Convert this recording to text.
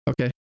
Okay